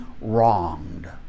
wronged